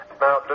Now